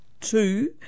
two